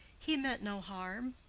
he meant no harm.